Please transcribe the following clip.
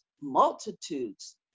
multitudes